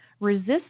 Resist